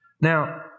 Now